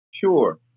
Sure